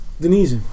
Denise